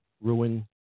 ruin